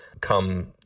come